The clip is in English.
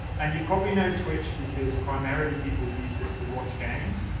and you probably know twitch because primarily people use this to watch games.